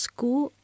School